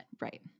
Right